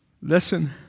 Listen